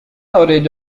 أريد